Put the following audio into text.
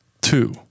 two